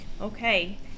Okay